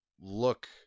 look